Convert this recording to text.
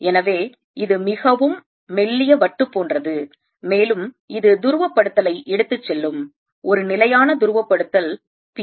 எனவே இது மிகவும் மெல்லிய வட்டு போன்றது மேலும் இது துருவப்படுத்தலை எடுத்துச்செல்லும் ஒரு நிலையான துருவப்படுத்தல் p